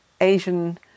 Asian